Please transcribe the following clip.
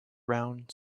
round